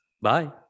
bye